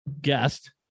guest